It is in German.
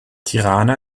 tirana